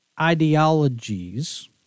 ideologies